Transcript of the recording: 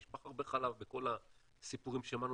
נשפך הרבה חלב בכל הסיפורים ששמענו,